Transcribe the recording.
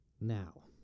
Now